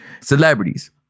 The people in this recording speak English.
celebrities